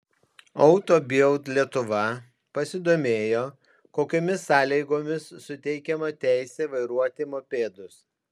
auto bild lietuva pasidomėjo kokiomis sąlygomis suteikiama teisė vairuoti mopedus